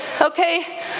okay